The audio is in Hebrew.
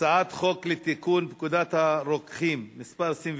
הצעת חוק שירות התעסוקה (תיקון מס' 20)